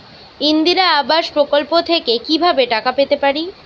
ইন্দিরা আবাস প্রকল্প থেকে কি ভাবে টাকা পেতে পারি?